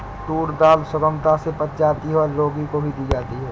tour दाल सुगमता से पच जाती है और रोगी को भी दी जाती है